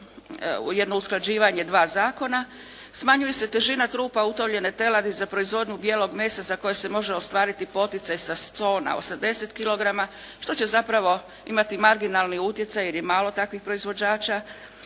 jedno usklađivanje dva zakona. Smanjuje se težina trupa utovljene teladi za proizvodnju bijelog mesa za koje se može ostvariti poticaj sa 100 na 80 kilograma, što će zapravo imati marginalni utjecaj, jer je malo takvih proizvođača.